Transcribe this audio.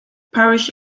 parish